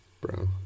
bro